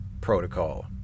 Protocol